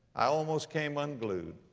i almost came unglued.